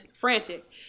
frantic